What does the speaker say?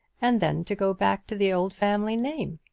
and then to go back to the old family name!